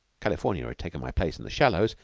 california had taken my place in the shallows,